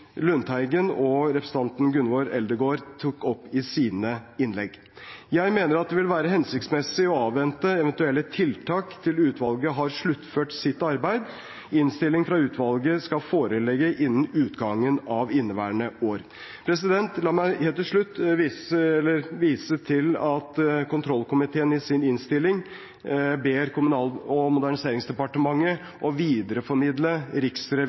Lundteigen og representanten Gunvor Eldegard tok opp i sine innlegg. Jeg mener at det vil være hensiktsmessig å avvente eventuelle tiltak til utvalget har sluttført sitt arbeid. Innstilling fra utvalget skal foreligge innen utgangen av inneværende år. La meg helt til slutt vise til at kontrollkomiteen i sin innstilling ber Kommunal- og moderniseringsdepartementet å videreformidle